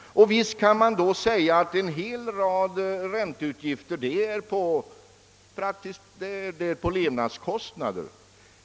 och visst kan man säga att en hel rad ränteutgifter är levnadskostnader.